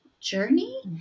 journey